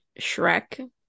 Shrek